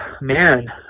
man